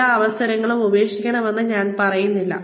എല്ലാ അവസരങ്ങളും ഉപേക്ഷിക്കണമെന്ന് ഞാൻ പറയുന്നില്ല